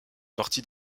parti